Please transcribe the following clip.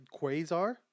Quasar